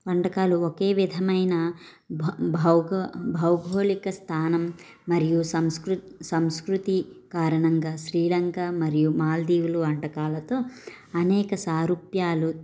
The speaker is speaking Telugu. వంటకాలు ఒకే విధమైన భౌగోళికస్థానం మరియు సంస్కృతి సంస్కృతి కారణంగా శ్రీలంక మరియు మాల్దీవులు వంటకాలతో అనేక సారూప్యాలు